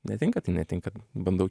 netinka tai netinka bandau